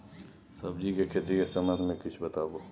सब्जी के खेती के संबंध मे किछ बताबू?